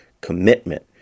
Commitment